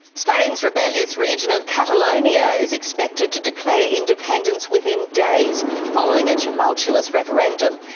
spain's rebellious region of catalonia is expected to declare independence within days following a tumultuous referendum.